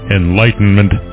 enlightenment